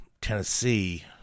Tennessee